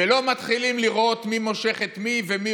ולא מתחילים לראות מי מושך את מי ומי